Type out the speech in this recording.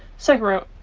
second row,